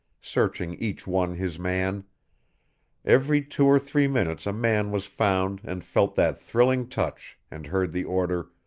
searching each one his man every two or three minutes a man was found and felt that thrilling touch and heard the order,